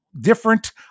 different